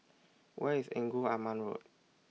Where IS Engku Aman Road